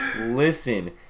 listen